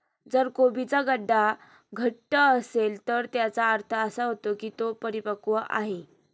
जर कोबीचा गड्डा घट्ट असेल तर याचा अर्थ असा होतो की तो परिपक्व आहे